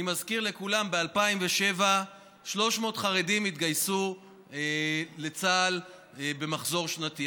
אני מזכיר לכולם: ב-2007 התגייסו 300 חרדים לצה"ל במחזור שנתי.